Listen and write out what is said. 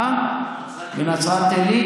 לנצרת עילית.